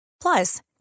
Plus